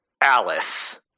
Alice